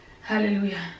Hallelujah